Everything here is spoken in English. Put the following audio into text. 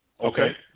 Okay